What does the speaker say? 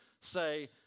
say